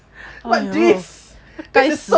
what is this this is so insane